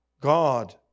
God